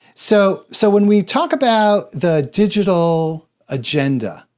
so so when we talk about the digital agenda,